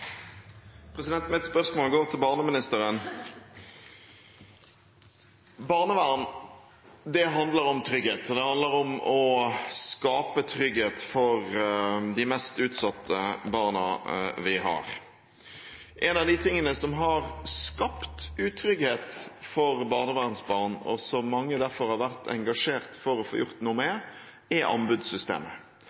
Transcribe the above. det handler om å skape trygghet for de mest utsatte barna vi har. En av de tingene som har skapt utrygghet for barnevernsbarn, og som mange derfor har vært engasjert i å få gjort noe med, er anbudssystemet,